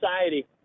society